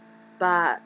but